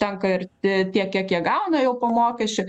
užtenka ir ti tiek kiek gauna jau po mokesčių